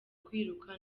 kwiruka